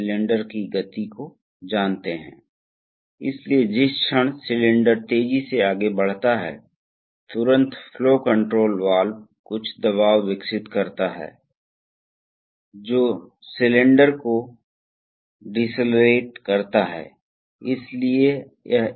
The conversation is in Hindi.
तो अब हम जाते हैं मुझे खेद है हम अगले पर जाते हैं जो उच्च दबाव मोड है इसलिए उच्च दबाव मोड में क्या हो रहा है उच्च दबाव मोड में हम अब इस स्थिति में हैं तो इस स्थिति में क्या हो रहा है पहले देखें कि यह पोर्ट वास्तव में प्लग किया गया है इसे प्लग किया गया है जिसका अर्थ है कि यह सील है